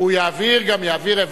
הוא יעביר גם יעביר.